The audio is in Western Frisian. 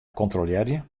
kontrolearje